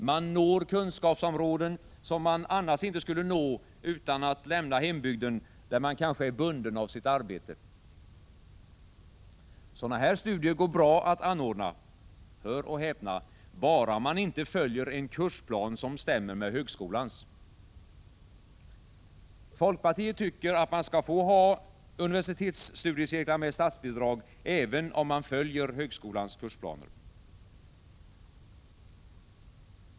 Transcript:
Man når kunskapsområden som man annars inte skulle nå utan att lämna hembygden, där man kanske är bunden av sitt arbete. Sådana här studier går det bra att anordna — hör och häpna! — bara man inte följer en kursplan som stämmer med högskolans. Folkpartiet tycker att man skall få anordna universitetsstudiecirklar med statsbidrag — även om man följer högskolans kursplaner.